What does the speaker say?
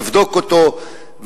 לבדוק אותו,